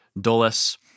Dulles